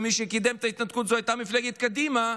ומי שקידם את ההתנתקות זו הייתה מפלגת קדימה,